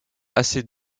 assez